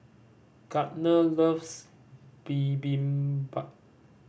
Gardner loves Bibimbap